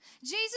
Jesus